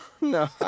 No